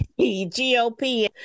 GOP